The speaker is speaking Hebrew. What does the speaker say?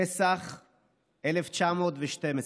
פסח 1912,